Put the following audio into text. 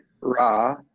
Ra